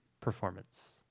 performance